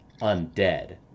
undead